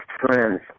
friends